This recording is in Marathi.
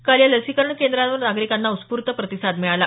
काल या लसीकरण केंद्रांवर नागरिकांचा उत्स्फूर्त प्रतिसाद मिळाला